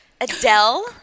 Adele